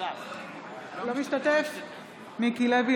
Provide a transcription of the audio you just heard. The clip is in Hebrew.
אינו משתתף בהצבעה אני מקוזז.